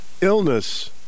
illness